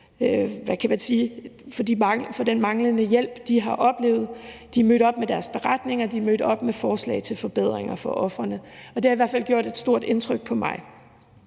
den manglende hjælp, terrorofrene har oplevet. De er mødt op med deres beretninger, de er mødt op med forslag til forbedringer for ofrene. Det har i hvert fald gjort et stort indtryk på mig.